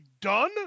done